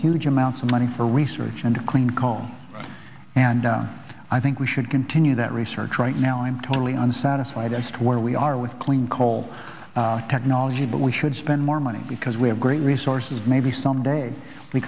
huge amounts of money for research into clean coal and i think we should continue that research right now i am totally unsatisfied as to where we are with clean coal technology but we should spend more money because we have great resources maybe someday we